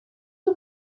you